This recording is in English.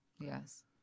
Yes